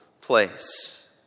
place